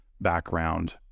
background